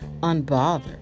unbothered